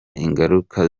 ingaruka